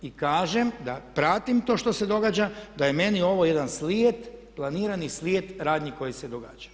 I kažem da pratim to što se događa, da je meni ovo jedan slijed, planirani slijed radnji koji se događa.